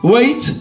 Wait